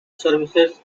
services